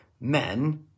men